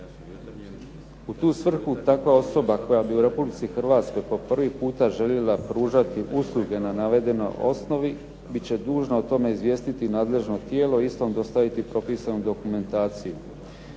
U tu svrhu ta osoba koja bi u republici Hrvatskoj po prvi puta želila pružati usluge na toj osnovi bit će dužna o tome izvijestiti nadležno tijelo, istom dostaviti propisanu dokumentaciju.